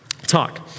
talk